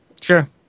Sure